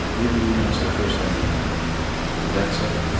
maybe even as their first anime. with that said,